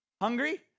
hungry